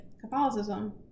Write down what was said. Catholicism